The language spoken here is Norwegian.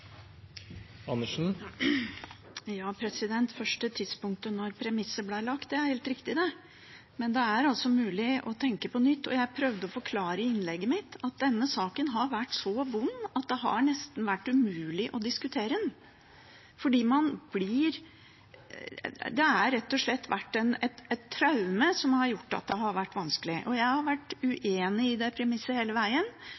helt riktig, men det er mulig å tenke på nytt. Jeg prøvde å forklare i innlegget mitt at denne saken har vært så vond at det nesten har vært umulig å diskutere den, fordi det rett og slett har vært et traume som har gjort det vanskelig. Jeg har vært uenig i det premisset hele veien. SV er ikke i regjering nå, og